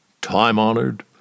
time-honored